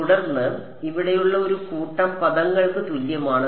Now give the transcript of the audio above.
തുടർന്ന് ഇവിടെയുള്ള ഒരു കൂട്ടം പദങ്ങൾക്ക് തുല്യമാണ്